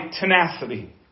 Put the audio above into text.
tenacity